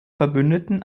verbündeten